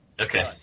Okay